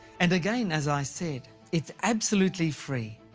and again as i said, it's absolutely free.